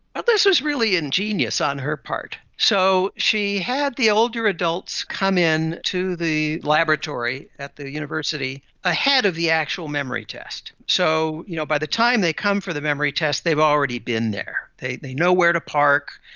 ah this is really ingenious on her part. so she had the older adults come in to the laboratory at the university ahead of the actual memory test. so you know by the time they come for the memory test, they've already been there, they they know where to park.